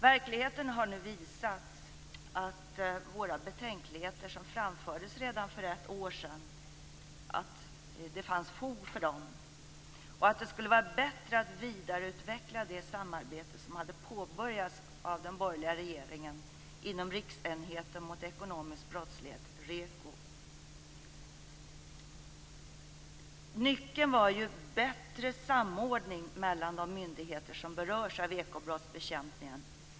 Verkligheten har nu visat att det fanns fog för våra betänkligheter, som framfördes redan för ett år sedan, och att det skulle ha varit bättre att vidareutveckla det samarbete som hade påbörjats av den borgerliga regeringen inom Riksenheten mot ekonomisk brottslighet, REKO. Nyckeln var ju bättre samordning mellan de myndigheter som berörs av ekobrottsbekämpningen.